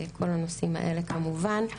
כל הנושאים האלה כמובן.